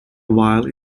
while